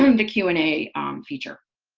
sort of the q and a feature.